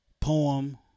Poem